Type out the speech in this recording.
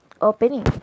opening